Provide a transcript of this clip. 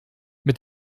mit